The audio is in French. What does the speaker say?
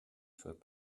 soient